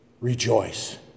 Rejoice